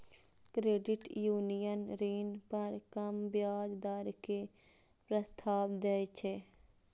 credit union ऋण पर कम ब्याज दर के प्रस्ताव दै छै